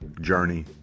journey